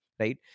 right